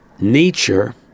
nature